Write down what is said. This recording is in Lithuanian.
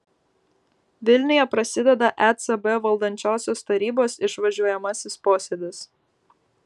vilniuje prasideda ecb valdančiosios tarybos išvažiuojamasis posėdis